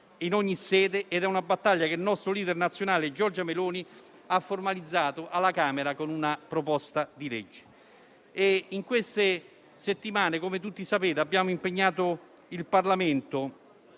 in ogni sede, e che il nostro *leader* nazionale, Giorgia Meloni, ha formalizzato alla Camera con una proposta di legge. In queste settimane, come tutti sapete, abbiamo impegnato il Parlamento